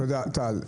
תודה, טל.